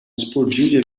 explodiu